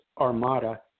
armada